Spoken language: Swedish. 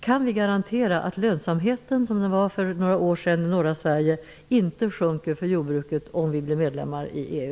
Kan vi garantera att den lönsamhet som jordbruket i norra Sverige hade för några år sedan inte kommer att minska, om vi blir medlemmar i EU?